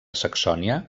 saxònia